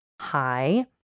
hi